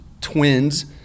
twins